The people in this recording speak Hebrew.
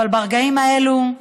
אבל ברגעים האלה,